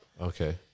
Okay